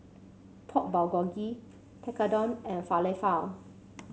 Pork Bulgogi Tekkadon and Falafel